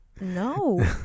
no